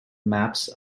maps